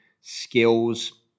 skills